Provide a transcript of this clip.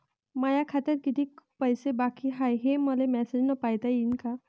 माया खात्यात कितीक पैसे बाकी हाय, हे मले मॅसेजन पायता येईन का?